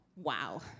Wow